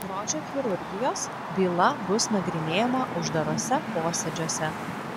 grožio chirurgijos byla bus nagrinėjama uždaruose posėdžiuose